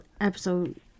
episode